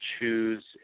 choose